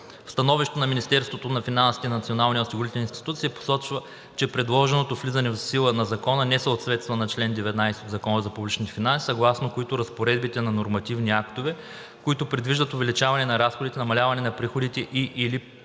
В становището на Министерството на финансите и на Националния осигурителен институт се посочва, че предложеното влизане в сила на закона не съответства на чл. 19 от Закона за публичните финанси, съгласно който разпоредбите на нормативни актове, които предвиждат увеличаване на разходите, намаляване на приходите и/или поемане